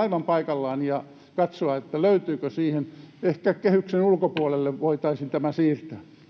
aivan paikallaan: katsoa, löytyykö siihen valmiutta. Ehkä tämä voitaisiin siirtää